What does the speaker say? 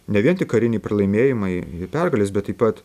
ne vien tik kariniai pralaimėjimai pergalės bet taip pat